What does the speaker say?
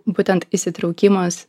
būtent įsitraukimas